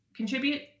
Contribute